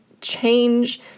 change